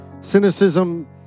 cynicism